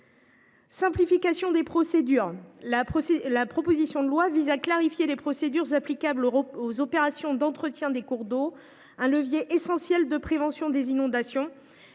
simplifier, la proposition de loi prévoit de clarifier les procédures applicables aux opérations d’entretien des cours d’eau, un levier essentiel de prévention des inondations.